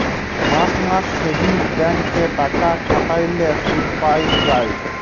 মাস মাস savings bank এ টাকা খাটাল্যে শুধ পাই যায়